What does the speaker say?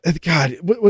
God